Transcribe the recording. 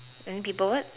then people what